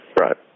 Right